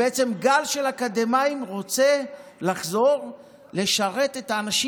בעצם, גל של אקדמאים רוצה לחזור לשרת את האנשים